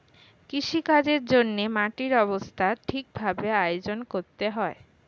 কৃষিকাজের জন্যে মাটির অবস্থা ঠিক ভাবে আয়োজন করতে হয়